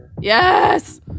yes